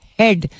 head